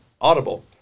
Audible